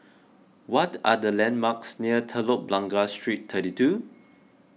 what are the landmarks near Telok Blangah Street thirty two